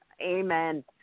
Amen